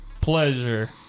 Pleasure